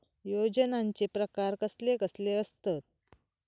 योजनांचे प्रकार कसले कसले असतत?